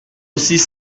six